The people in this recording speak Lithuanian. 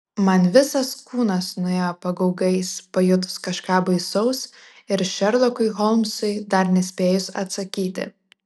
man visas kūnas nuėjo pagaugais pajutus kažką baisaus ir šerlokui holmsui dar nespėjus atsakyti